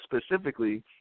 specifically